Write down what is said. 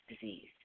disease